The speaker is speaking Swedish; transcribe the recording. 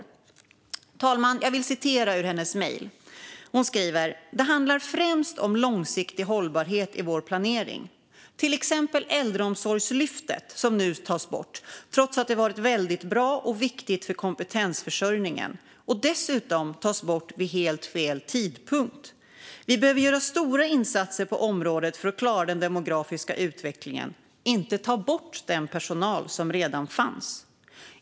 Fru talman! Jag vill citera ur hennes mejl: Det handlar främst om långsiktig hållbarhet i vår planering, till exempel Äldreomsorgslyftet som nu tas bort, trots att det varit väldigt bra och viktigt för kompetensförsörjningen, och dessutom tas bort vid helt fel tidpunkt. Vi behöver göra stora insatser på området för att klara den demografiska utvecklingen, inte ta bort den personal som redan fanns.